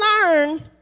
learn